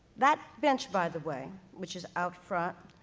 that bench, by the way, which is out front,